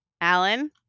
Alan